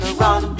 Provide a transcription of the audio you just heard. run